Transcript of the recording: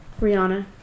Rihanna